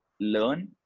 learn